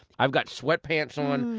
i've got sweatpants on.